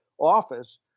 office